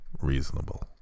reasonable